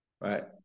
Right